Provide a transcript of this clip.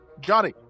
Johnny